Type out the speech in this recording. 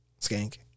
Skank